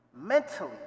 Mentally